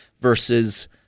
versus